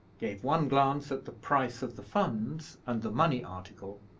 gave one glance at the price of the funds and the money article,